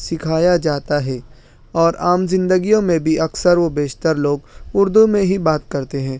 سکھایا جاتا ہے اور عام زندگیوں میں بھی اکثر و بیشتر لوگ اردو میں ہی بات کرتے ہیں